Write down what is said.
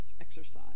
exercise